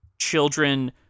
children